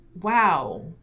Wow